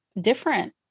different